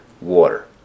water